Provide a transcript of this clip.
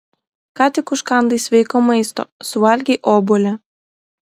ką tik užkandai sveiko maisto suvalgei obuolį